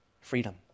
freedom